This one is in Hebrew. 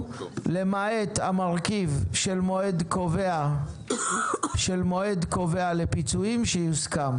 למעט המרכיב של מועד קובע לפיצויים שיוסכם.